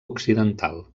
occidental